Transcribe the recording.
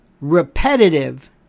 Repetitive